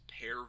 pair